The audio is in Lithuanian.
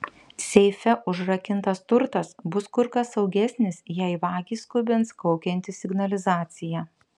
seife užrakintas turtas bus kur kas saugesnis jei vagį skubins kaukianti signalizacija